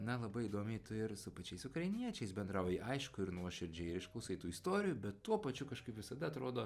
na labai įdomiai tu ir su pačiais ukrainiečiais bendrauji aišku ir nuoširdžiai ir išklausai tų istorijų bet tuo pačiu kažkaip visada atrodo